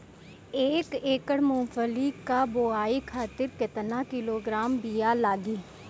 एक एकड़ मूंगफली क बोआई खातिर केतना किलोग्राम बीया लागी?